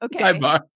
Okay